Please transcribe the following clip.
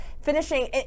finishing